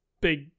big